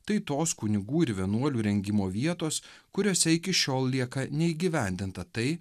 tai tos kunigų ir vienuolių rengimo vietos kuriose iki šiol lieka neįgyvendinta tai